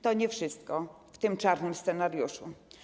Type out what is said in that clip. To nie wszystko w tym czarnym scenariuszu.